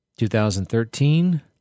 2013